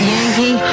Yankee